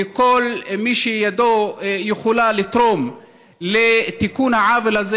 וכל מי שידו יכולה לתרום לתיקון העוול הזה